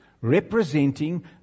representing